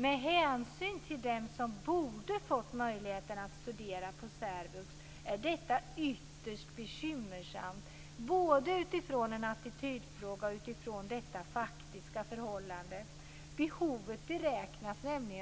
Med hänsyn till dem som borde ha fått möjlighet att studera på särvux är detta ytterst bekymmersamt - både med tanke på attityd och det faktiska förhållandet. Behovet beräknas